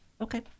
Okay